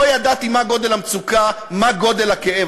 לא ידעתי מה גודל המצוקה, מה גודל הכאב.